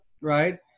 right